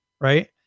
Right